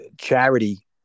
charity